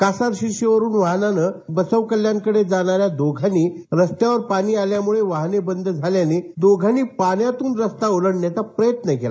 कासार शिरशी वरून वाहनानं बसवकल्याण जाणान्या दोघांनी रस्त्यावर पाणी आल्यामुळे वाहने बंद झाल्याने दोघांनी पाण्यातून रस्ता ओलांडण्याचा प्रयत्न केला